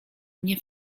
mnie